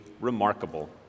remarkable